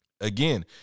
again